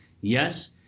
Yes